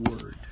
word